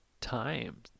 time